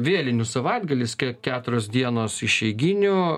vėlinių savaitgalis keturios dienos išeiginių